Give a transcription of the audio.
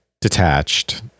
detached